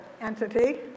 entity